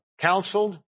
counseled